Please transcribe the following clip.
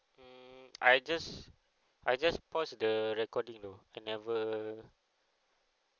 mm I just I just pause the recording though and I were